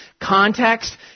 context